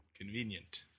Convenient